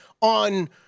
on